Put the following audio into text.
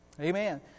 Amen